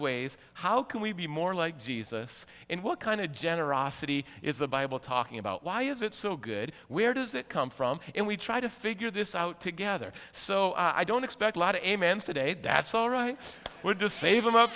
ways how can we be more like jesus and what kind of generosity is the bible talking about why is it so good where does it come from and we try to figure this out together so i don't expect a lot of a man's today that's all right we're just sav